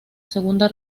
segunda